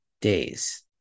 days